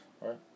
right